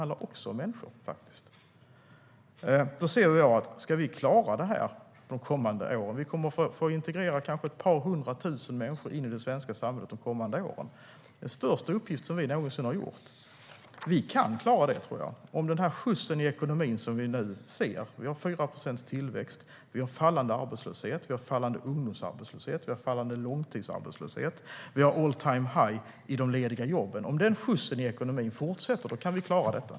Under de kommande åren ska vi klara av att integrera ett par hundra tusen människor i det svenska samhället. Det är den största uppgift vi någonsin haft. Jag tror att vi kan klara det. Vi har 4 procents tillväxt, vi har fallande arbetslöshet, vi har fallande ungdomsarbetslöshet, vi har fallande långtidsarbetslöshet och vi har all-time-high när det gäller antalet lediga jobb. Om den skjutsen i ekonomin fortsätter kan vi klara detta.